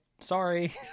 Sorry